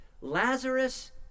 Lazarus